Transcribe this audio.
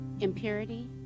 impurity